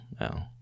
No